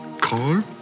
Carl